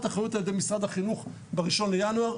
אחריות על ידי משרד החינוך ב-1 בינואר,